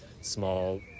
small